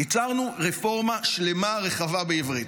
ייצרנו רפורמה שלמה רחבה בעברית.